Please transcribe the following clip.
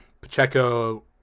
Pacheco